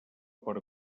per